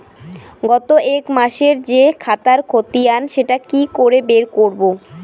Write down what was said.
গত এক মাসের যে টাকার খতিয়ান সেটা কি করে বের করব?